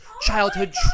childhood